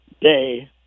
day